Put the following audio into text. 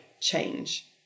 change